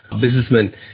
businessmen